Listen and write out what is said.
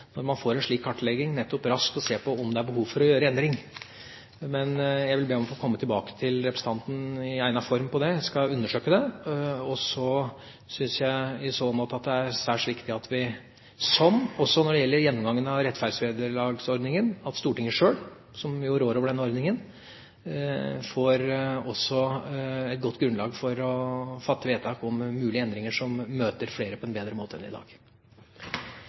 når man får en slik kartlegging, raskt å se på om det er behov for å gjøre endringer. Jeg vil be om å få komme tilbake til representanten i egnet form når det gjelder dette. Jeg skal undersøke det. Jeg syns i så måte at det er særs viktig også når det gjelder gjennomgangen av rettferdsvederlagsordningen, at Stortinget sjøl, som jo rår over denne ordningen, får et godt grunnlag for å fatte vedtak om mulige endringer som møter flere på en bedre måte enn i dag.